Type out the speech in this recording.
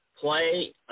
play